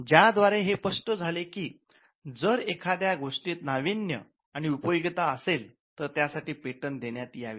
ज्या द्वारे हे स्पष्ट झाले कि जर एखाद्या गोष्टीत नावीन्य आणि उपयोगिता असेल तर त्या साठी पेटंट देण्यात यावे